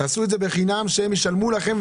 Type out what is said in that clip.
תעשו את זה בחינם ושהם ישלמו לכם,